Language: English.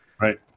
right